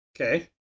Okay